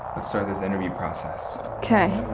let's start this interview process. okay.